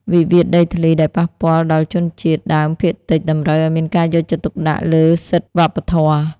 វិវាទដីធ្លីដែលប៉ះពាល់ដល់ជនជាតិដើមភាគតិច តម្រូវឱ្យមានការយកចិត្តទុកដាក់លើសិទ្ធិវប្បធម៌។